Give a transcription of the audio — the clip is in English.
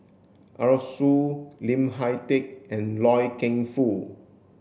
Arasu Lim Hak Tai and Loy Keng Foo